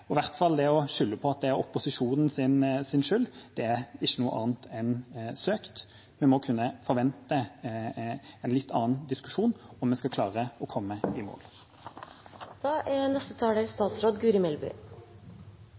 og i hvert fall ikke skylder på opposisjonen. Det er ikke noe annet enn søkt. En må kunne forvente en litt annen diskusjon om vi skal klare å komme i mål. Jeg må innrømme at jeg er